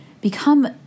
become